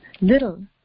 Little